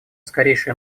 скорейшее